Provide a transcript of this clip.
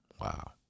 Wow